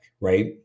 right